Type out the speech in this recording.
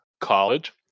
college